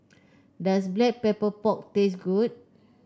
does Black Pepper Pork taste good